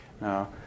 Now